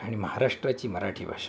आणि महाराष्ट्राची मराठी भाषा